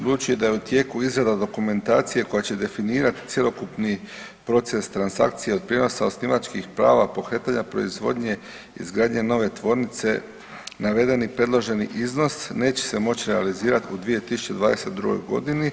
Budući da je u tijeku izrada dokumentacije koja će definirati cjelokupni proces transakcije od prijenosa osnivačkih prava, pokretanja proizvodnje, izgradnje nove tvornice navedeni predloženi iznos neće se moći realizirati u 2022. godini.